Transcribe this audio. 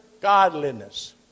godliness